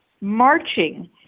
marching